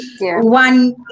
one